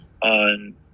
on